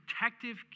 protective